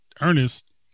Ernest